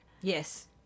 yes